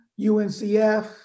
UNCF